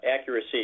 accuracy